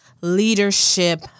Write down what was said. leadership